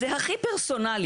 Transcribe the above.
זה הכי פרסונלי.